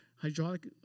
hydraulic